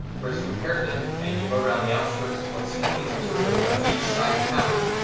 percy repaired them, and you rode around the outskirts to what seemed to be some sort of a beach-side cavern.